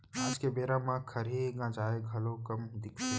आज के बेरा म खरही गंजाय घलौ कम दिखथे